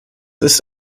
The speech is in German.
ist